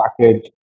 package